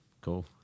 Cool